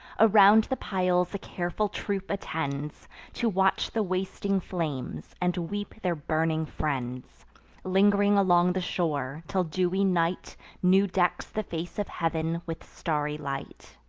around the piles a careful troop attends to watch the wasting flames, and weep their burning friends ling'ring along the shore, till dewy night new decks the face of heav'n with starry light.